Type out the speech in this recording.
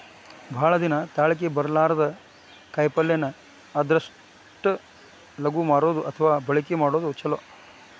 ಭಾಳ ದಿನಾ ತಾಳಕಿ ಬರ್ಲಾರದ ಕಾಯಿಪಲ್ಲೆನ ಆದಷ್ಟ ಲಗು ಮಾರುದು ಅಥವಾ ಬಳಕಿ ಮಾಡುದು ಚುಲೊ